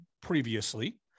previously